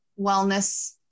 wellness